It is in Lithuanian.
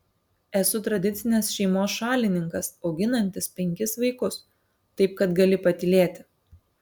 esu tradicinės šeimos šalininkas auginantis penkis vaikus taip kad gali patylėti